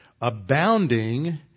abounding